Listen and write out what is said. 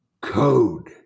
code